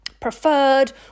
preferred